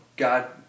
God